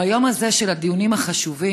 ביום הזה של הדיונים החשובים,